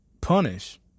punish